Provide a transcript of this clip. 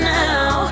now